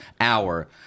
hour